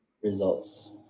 results